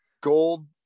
Gold